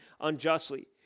unjustly